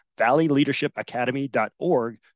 valleyleadershipacademy.org